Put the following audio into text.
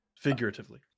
Figuratively